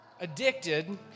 addicted